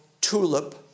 tulip